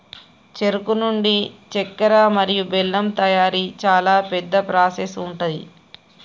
చెరుకు నుండి చెక్కర మరియు బెల్లం తయారీ చాలా పెద్ద ప్రాసెస్ ఉంటది